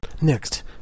next